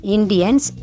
Indians